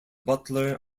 butler